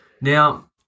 Now